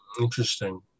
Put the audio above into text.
interesting